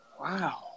Wow